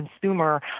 consumer